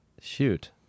shoot